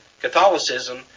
Catholicism